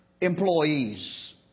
employees